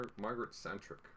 Margaret-centric